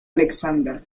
alexander